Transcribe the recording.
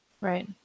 Right